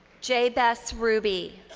j. bess ruby.